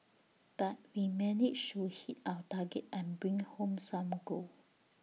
but we managed hit our target and bring home some gold